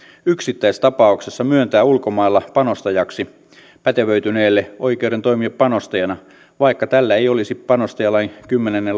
yksittäistapauksessa myöntää ulkomailla panostajaksi pätevöityneelle oikeuden toimia panostajana vaikka tällä ei olisi panostajalain kymmenennen